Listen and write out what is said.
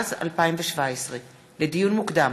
התשע"ז 2017. לדיון מוקדם,